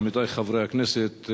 עמיתי חברי הכנסת,